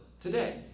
today